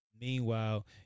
Meanwhile